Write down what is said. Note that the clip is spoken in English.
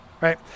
Right